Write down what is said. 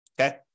okay